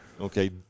Okay